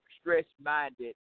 stress-minded